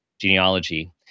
genealogy